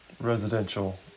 residential